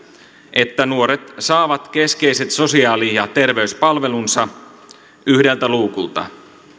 että nuoret saavat keskeiset sosiaali ja terveyspalvelunsa yhdeltä luukulta